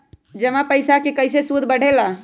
जमा पईसा के कइसे सूद बढे ला?